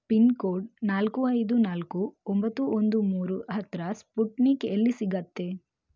pin code ನಾಲ್ಕು ಐದು ನಾಲ್ಕು ಒಂಬತ್ತು ಒಂದು ಮೂರು ಹತ್ತಿರ ಸ್ಪುಟ್ನಿಕ್ ಎಲ್ಲಿ ಸಿಗತ್ತೆ